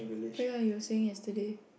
oh ye you were saying yesterday